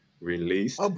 released